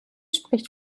spricht